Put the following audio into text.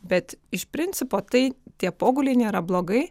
bet iš principo tai tie poguliai nėra blogai